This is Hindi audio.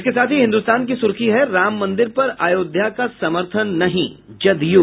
इसके साथ ही हिन्दुस्तान की सुर्खी है राम मंदिर पर आयोध्या का समर्थन नहीं जदयू